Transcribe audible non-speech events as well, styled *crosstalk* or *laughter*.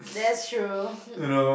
that's true *laughs*